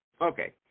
Okay